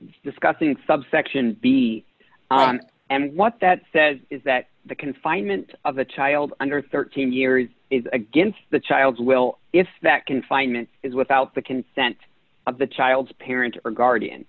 discussing subsection b and what that says is that the confinement of a child under thirteen years is against the child's will if that confinement is without the consent of the child's parent or